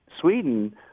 Sweden